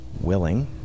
willing